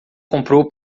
comprou